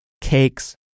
cakes